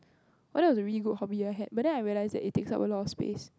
oh that was a really good hobby I had but then I realize that it takes up a lot of space